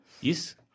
Yes